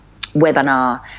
webinar